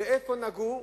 ואיפה נגעו?